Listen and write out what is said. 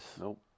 Nope